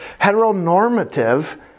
heteronormative